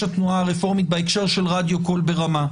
התנועה הרפורמי בהקשר של רדיו "קול ברמה",